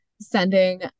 sending